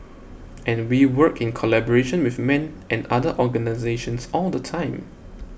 and we work in collaboration with men and other organisations all the time